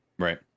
Right